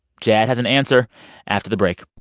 jad has an answer after the break